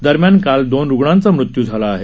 दरम्यान काल दोन रुग्णांचा मृत्यू झाला आहे